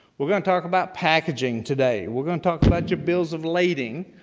we're going to talk about packaging today. we're going to talk about your bills of lading.